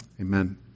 Amen